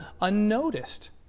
unnoticed